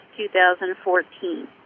2014